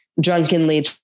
drunkenly